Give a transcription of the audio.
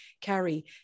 carry